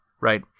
Right